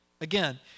Again